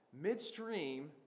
midstream